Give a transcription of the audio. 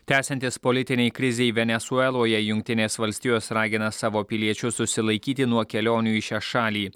tęsiantis politinei krizei venesueloje jungtinės valstijos ragina savo piliečius susilaikyti nuo kelionių į šią šalį